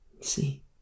See